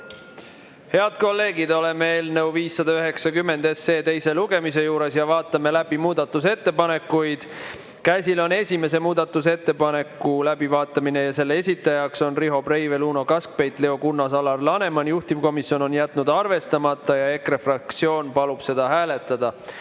Head kolleegid, oleme eelnõu 590 lugemise juures ja vaatame läbi muudatusettepanekuid. Käsil on esimese muudatusettepaneku läbivaatamine. Selle esitajad on Riho Breivel, Uno Kaskpeit, Leo Kunnas ja Alar Laneman. Juhtivkomisjon on jätnud selle arvestamata ja EKRE fraktsioon palub seda hääletada.